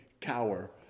cower